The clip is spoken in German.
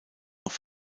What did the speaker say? noch